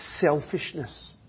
selfishness